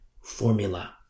formula